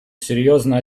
серьезно